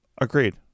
agreed